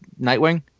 Nightwing